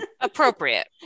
Appropriate